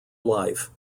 life